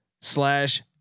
slash